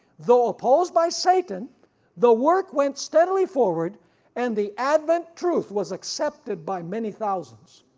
though opposed by satan the work went steadily forward and the advent truth was accepted by many thousands.